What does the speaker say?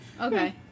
Okay